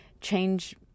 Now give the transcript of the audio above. change